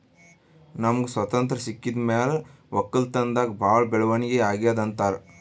ನಮ್ಗ್ ಸ್ವತಂತ್ರ್ ಸಿಕ್ಕಿದ್ ಮ್ಯಾಲ್ ವಕ್ಕಲತನ್ದಾಗ್ ಭಾಳ್ ಬೆಳವಣಿಗ್ ಅಗ್ಯಾದ್ ಅಂತಾರ್